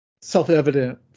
self-evident